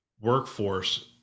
workforce